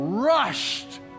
rushed